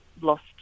lost